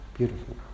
beautiful